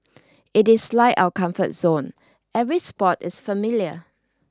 it is like our comfort zone every spot is familiar